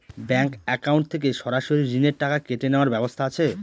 Bank account থেকে সরাসরি ঋণের টাকা কেটে নেওয়ার ব্যবস্থা আছে?